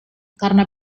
karena